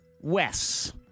Wes